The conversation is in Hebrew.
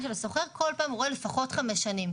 של השוכר הוא כל פעם רואה לפחות 5 שנים.